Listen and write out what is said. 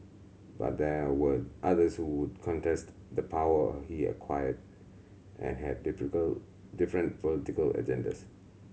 but there were others who contest the power he acquired and had difficult different political agendas